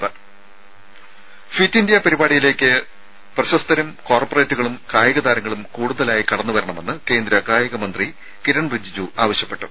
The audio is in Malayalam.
രുമ ഫിറ്റ് ഇന്ത്യ പരിപാടിയിലേക്ക് പ്രശസ്തരും കോർപ്പറേറ്റുകളും കായികതാരങ്ങളും കൂടുതലായി കടന്നുവരണമെന്ന് കേന്ദ്ര കായിക മന്ത്രി കിരൺ റിജിജു ആവശ്യപ്പെട്ടു